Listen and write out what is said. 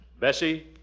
Bessie